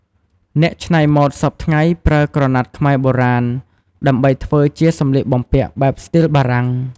អ្នកច្នៃម៉ូតសព្វថ្ងៃប្រើក្រណាត់ខ្មែរបុរាណ ដើម្បីធ្វើជាសំលៀកបំពាក់បែបស្ទីលបារាំង។